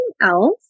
else